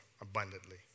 abundantly